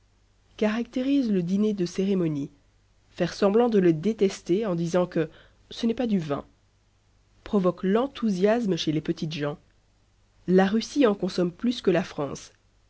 caractérise le dîner de cérémonie faire semblant de le détester en disant que ce n'est pas du vin provoque l'enthousiasme chez les petites gens la russie en consomme plus que la france